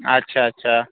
اچھا اچھا